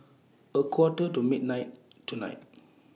A Quarter to midnight tonight